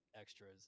extras